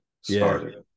started